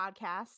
podcast